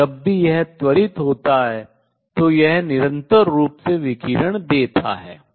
या जब भी यह त्वरित होता है तो यह निरंतर रूप से विकिरण देता है